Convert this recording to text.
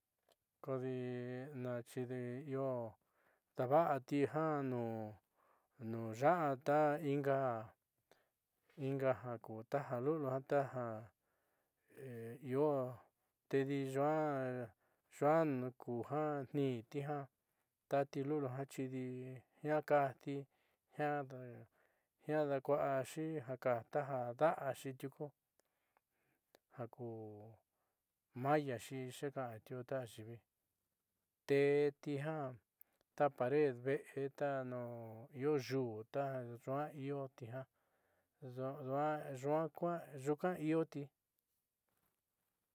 Kodi naxidi io daava'ati janu nu ya'a ta inga inga jaku taja lu'uliu taja io tedi yuaá yuaá kuja tniinti ja tati lu'uliu xidi jiao kajti jiaa ndaakuaaxi ja kaaj ta da'axi tiuku jaku mayaxi yuunkoa'a ta ayiivi teéti ta pared ve'e ta nuun io yuú ta yuua ioti jiaa yuunka ioti.